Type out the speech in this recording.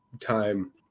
time